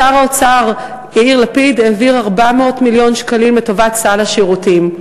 שר האוצר יאיר לפיד העביר 400 מיליון שקלים לטובת סל השירותים.